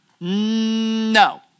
No